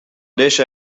dizze